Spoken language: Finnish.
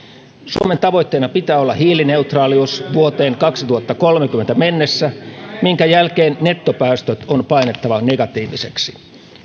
suomen tavoitteena pitää olla hiilineutraalius vuoteen kaksituhattakolmekymmentä mennessä minkä jälkeen nettopäästöt on painettava negatiivisiksi